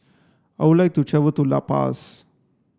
I would like to travel to La Paz